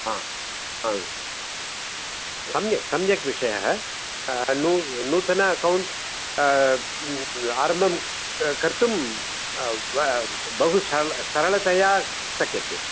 आम् आं सम्यक् सम्यक् विषयः नू नूतन अकौण्ट् आरम्भं कर्तुं बहु सरल सरलतया शक्यते